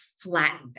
flattened